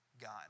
God